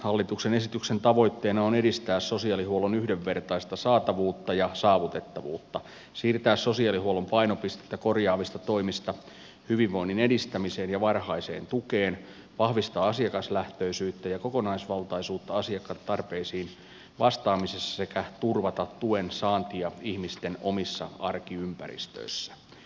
hallituksen esityksen tavoitteena on edistää sosiaalihuollon yhdenvertaista saatavuutta ja saavutettavuutta siirtää sosiaalihuollon painopistettä korjaavista toimista hyvinvoinnin edistämiseen ja varhaiseen tukeen vahvistaa asiakaslähtöisyyttä ja kokonaisvaltaisuutta asiakastarpeisiin vastaamisessa sekä turvata tuen saantia ihmisten omissa arkiympäristöissä